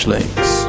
Links